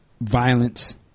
violence